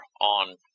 on